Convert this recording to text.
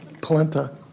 Polenta